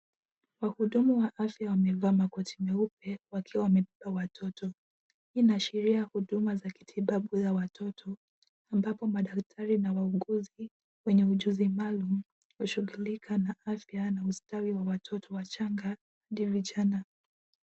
Wahudumu wa afya wamevaa makoti meupe wakiwa wamebeba watoto. Hii inaashiria huduma za kitibabu za watoto ambapo madaktari na wauguzi wenye ujuzi maalum hushughulika na afya na ustawi wa watoto wachanga ndio vijana.